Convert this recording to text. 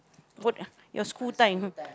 what your school time